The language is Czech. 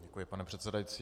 Děkuji, pane předsedající.